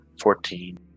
Fourteen